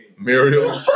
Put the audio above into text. Muriel